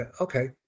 okay